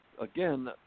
again